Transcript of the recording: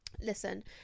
listen